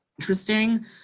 interesting